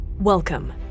Welcome